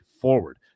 forward